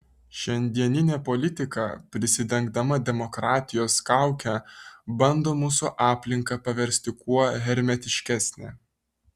šiandieninė politika prisidengdama demokratijos kauke bando mūsų aplinką paversti kuo hermetiškesne